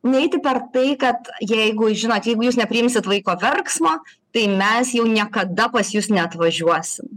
neiti per tai kad jeigu žinot jeigu jūs nepriimsit vaiko verksmo tai mes jau niekada pas jus neatvažiuosim